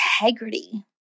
integrity